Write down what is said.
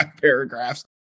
paragraphs